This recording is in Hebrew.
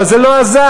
אבל זה לא עזר.